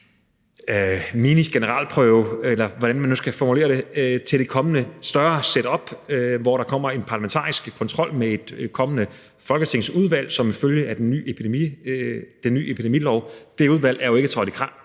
minigeneralprøve, eller hvordan man nu skal formulere det, på det kommende større setup, hvor der kommer en parlamentarisk kontrol med et kommende folketingsudvalg som følge af den ny epidemilov. Det udvalg er jo ikke nedsat